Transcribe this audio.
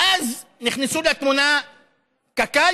ואז נכנסה לתמונה קק"ל,